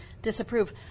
disapprove